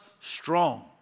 strong